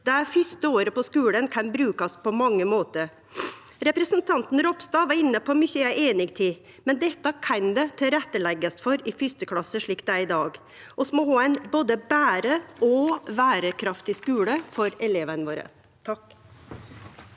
Det fyrste året på skulen kan brukast på mange måtar. Representanten Ropstad var inne på mykje eg er einig i, men dette kan det bli tilrettelagt for i 1. klasse slik det er i dag. Vi må ha ein både bere- og verekraftig skule for elevane våre. Svein